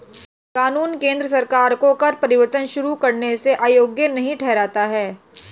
कानून केंद्र सरकार को कर परिवर्तन शुरू करने से अयोग्य नहीं ठहराता है